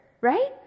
right